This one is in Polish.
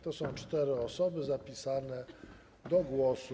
To są cztery osoby zapisane do głosu.